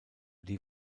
die